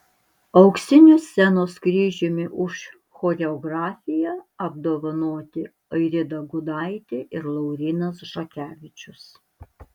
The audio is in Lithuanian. auksiniu scenos kryžiumi už choreografiją apdovanoti airida gudaitė ir laurynas žakevičius